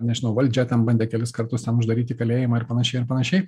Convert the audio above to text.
nežinau valdžia ten bandė kelis kartus ten uždaryt į kalėjimą ir panašiai ir panašiai